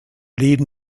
leben